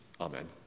amen